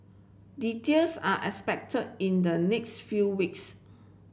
details are expected in the next few weeks